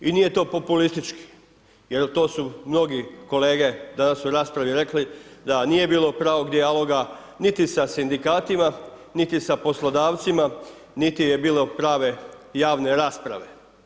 I nije to populistički jel to su mnogi kolege danas u raspravi rekli da nije bilo pravog dijaloga, niti sa Sindikatima, niti sa poslodavcima, niti je bilo prave javne rasprave.